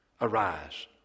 arise